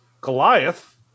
Goliath